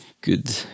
good